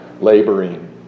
laboring